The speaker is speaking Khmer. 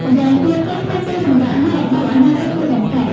ម្យ៉ាងទៀត គេគ្មានពេលសម្រាក ហើយរបបអាហារតិចតួចបំផុត ។